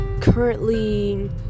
currently